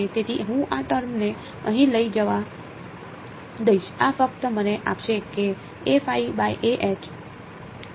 તેથી હું આ ટર્મ ને અહીં લઈ જવા દઈશ આ ફક્ત મને આપશે કે